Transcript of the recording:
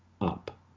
up